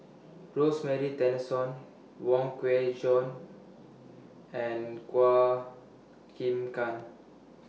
Rosemary Tessensohn Wong Kwei Cheong and Chua Chim Kang